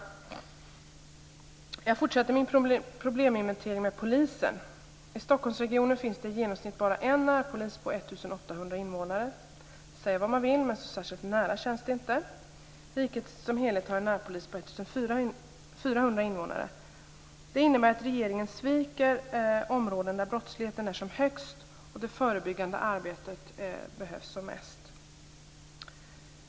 Jag fortsätter min probleminventering med polisen. I Stockholmsregionen finns det i genomsnitt bara en närpolis på 1 800 invånare. Säga vad man vill, men så särskilt nära känns det inte. Riket som helhet har en närpolis på 1 400 invånare. Det innebär att regeringen sviker områden där brottsligheten är som högst och det förebyggande arbetet behövs som bäst.